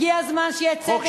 הגיע הזמן שיהיה צדק במדינה,